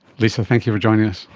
lisa, thank you for joining us.